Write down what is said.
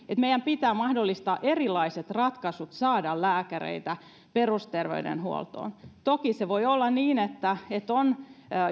meidän pitää mahdollistaa erilaiset ratkaisut saada lääkäreitä perusterveydenhuoltoon toki voi olla niin että että on